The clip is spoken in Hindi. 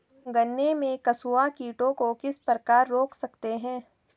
गन्ने में कंसुआ कीटों को किस प्रकार रोक सकते हैं?